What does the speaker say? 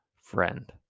friend